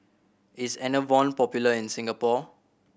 is Enervon popular in Singapore